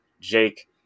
Jake